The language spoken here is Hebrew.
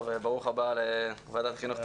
אני פותח את ישיבת ועדת החינוך.